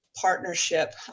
partnership